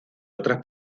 otras